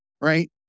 right